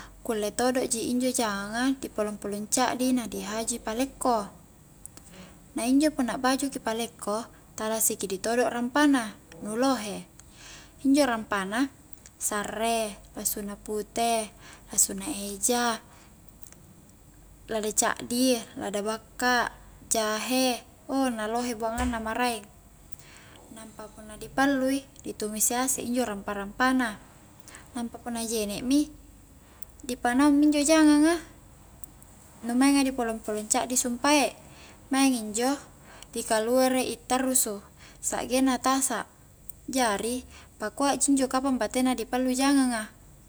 Kulle todo ji injo janganga di polong-poong caddi na di haju palekko na injo punna baju ki palekko, tala sikidi to rampa na nu lohe, injo rampa na sarre, lasuna pute, lasuna eja, lada caddi, lada bakka, jahe ouh na lohe buangang na maraeng, nampa punna di pallui di tumisi asek injo rampa-rampa na, nampa punna jene' mi di panaung mi injo jangang a, nu mainga ni polong-polong caddi sumpae, maing injo di kaluerei tarrusu, sa'genna tasa', jari pakuaji injo kapang batena di pallu jangang a